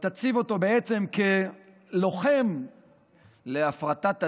שיציב אותו כלוחם להפרטת הדת,